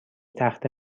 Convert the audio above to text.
تخته